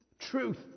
Truth